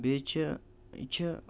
بیٚیہِ چھِ یہِ چھِ